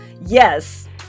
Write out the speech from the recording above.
Yes